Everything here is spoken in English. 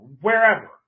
wherever